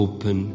Open